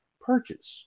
purchase